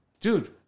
dude